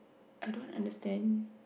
I don't understand